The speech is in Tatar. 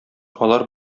алар